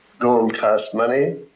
gold costs money,